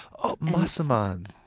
oh! matasman,